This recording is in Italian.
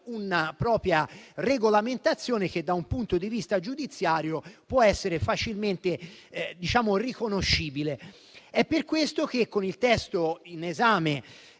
una propria regolamentazione, che da un punto di vista giudiziario può essere facilmente riconoscibile. È per questo che, con il testo in esame